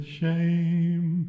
shame